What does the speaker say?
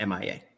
MIA